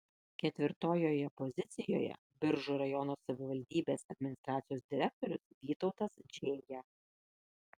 ketvirtojoje pozicijoje biržų rajono savivaldybės administracijos direktorius vytautas džėja